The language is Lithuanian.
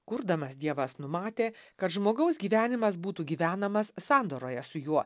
kurdamas dievas numatė kad žmogaus gyvenimas būtų gyvenamas sandoroje su juo